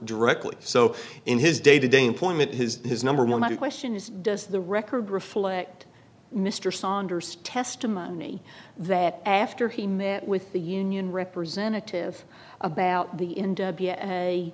directly so in his day to day employment his his number one question is does the record reflect mr saunders testimony that after he met with the union representative about the